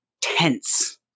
tense